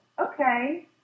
okay